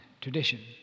tradition